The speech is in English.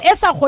Esa